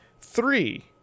Three